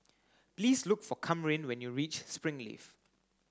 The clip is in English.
please look for Kamryn when you reach Springleaf